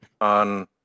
on